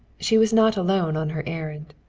she was not alone on her errand.